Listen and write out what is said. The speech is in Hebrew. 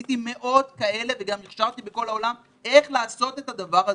עשיתי מאות כאלה וגם הכשרתי בכול העולם איך לעשות את הדבר הזה.